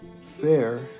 fair